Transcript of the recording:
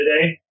today